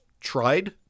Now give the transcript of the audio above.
tried